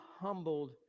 humbled